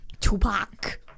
Tupac